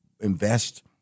invest